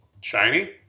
shiny